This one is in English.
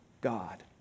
God